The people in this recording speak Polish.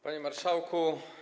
Panie Marszałku!